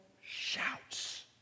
shouts